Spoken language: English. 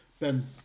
Ben